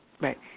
Right